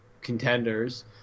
contenders